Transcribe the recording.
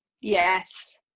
yes